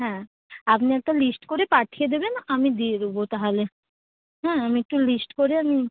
হ্যাঁ আপনি একটা লিস্ট করে পাঠিয়ে দেবেন আমি দিয়ে দেব তাহলে হ্যাঁ আমি একটু লিস্ট করে আমি